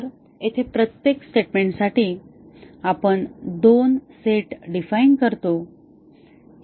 तर येथे प्रत्येक स्टेटमेंटसाठी आपण दोन सेट डिफाइन करतो